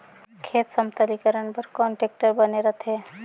खेत समतलीकरण बर कौन टेक्टर बने रथे?